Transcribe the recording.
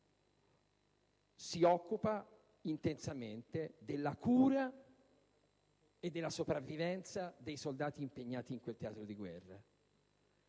si occupa intensamente della cura e della sopravvivenza dei soldati impegnati in quel teatro di guerra.